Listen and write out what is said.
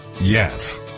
Yes